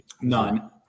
None